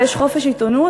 ויש חופש עיתונות,